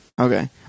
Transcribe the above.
Okay